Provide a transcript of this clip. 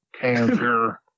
cancer